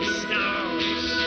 stars